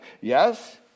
Yes